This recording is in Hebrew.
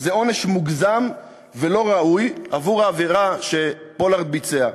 זה עונש מוגזם ולא ראוי עבור העבירה שפולארד ביצע.